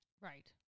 Right